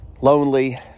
lonely